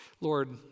Lord